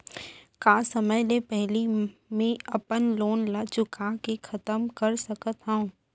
का समय ले पहिली में अपन लोन ला चुका के खतम कर सकत हव?